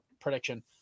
prediction